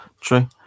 true